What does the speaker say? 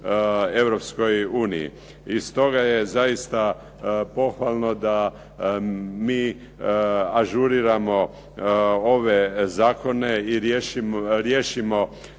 Europskoj uniji. I stoga je zaista pohvalno mi ažuriramo ove zakone i riješimo